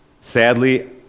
Sadly